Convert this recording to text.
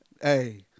Hey